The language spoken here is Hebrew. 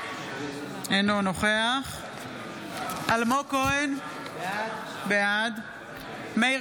אינו נוכח אלמוג כהן, בעד מאיר